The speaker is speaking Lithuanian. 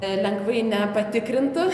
lengvai nepatikrintų